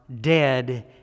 dead